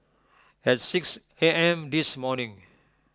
at six A M this morning